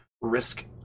risk